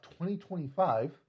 2025